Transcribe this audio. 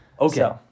Okay